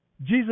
Jesus